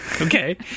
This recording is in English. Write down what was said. Okay